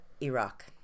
Iraq